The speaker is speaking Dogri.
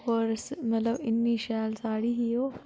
होर मतलब इन्नी शैल साड़ी ही ओह्